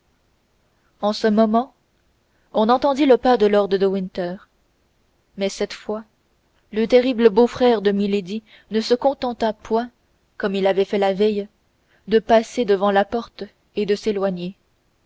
en ce moment on entendit le pas de lord de winter mais cette fois le terrible beau-frère de milady ne se contenta point comme il avait fait la veille de passer devant la porte et de s'éloigner